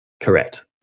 Correct